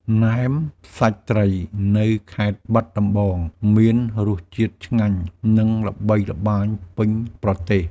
ណែមសាច់ត្រីនៅខេត្តបាត់ដំបង មានរសជាតិឆ្ងាញ់ និងល្បីល្បាញពេញប្រទេស។